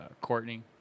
Courtney